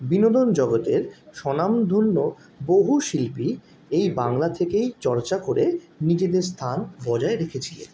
বিনোদন জগতের স্বনামধন্য বহু শিল্পী এই বাংলা থেকেই চর্চা করে নিজেদের স্থা্ন বজায় রেখেছিলেন